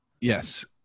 Yes